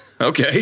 Okay